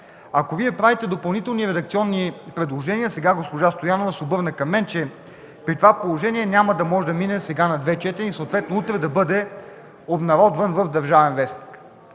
Ако Вие правите допълнителни редакционни предложения, сега госпожа Стоянова ще се обърне към мен, че при това положение няма да може да мине на две четения и съответно утре да бъде обнародван в „Държавен вестник”.